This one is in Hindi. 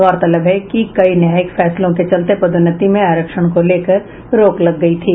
गौरतलब है कि कई न्यायिक फैसलों के चलते पदोन्नति में आरक्षण को लेकर रोक लग गयी थी